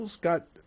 got